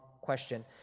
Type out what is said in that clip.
question